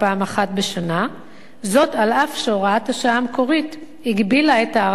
זאת אף שהוראת השעה המקורית הגבילה את ההארכה לתקופה אחת נוספת בלבד.